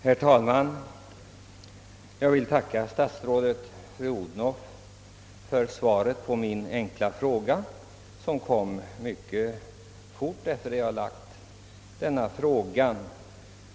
Herr talman! Jag vill tacka statsrådet fru Odhnoff för svaret på min enkla fråga — det har ju lämnats mycket snabbt.